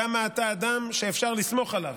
כמה אתה אדם שאפשר לסמוך עליו.